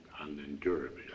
unendurable